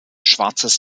schwarzes